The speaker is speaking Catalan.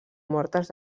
mortes